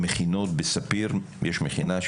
יש מכינות בספיר יש מכינה,